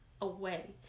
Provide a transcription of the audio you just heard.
away